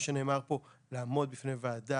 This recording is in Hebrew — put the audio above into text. לעמוד בפני ועדה